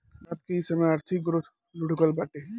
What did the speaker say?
भारत के इ समय आर्थिक ग्रोथ लुढ़कल बाटे